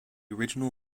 original